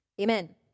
Amen